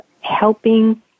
helping